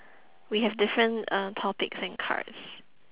we have different uh topics and cards